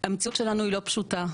המציאות שלנו היא לא פשוטה,